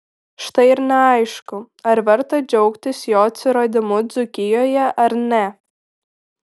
štai ir neaišku ar verta džiaugtis jo atsiradimu dzūkijoje ar ne